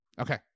Okay